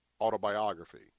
autobiography